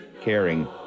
caring